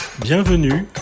Bienvenue